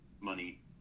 money